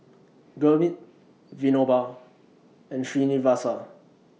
Gurmeet Vinoba and Srinivasa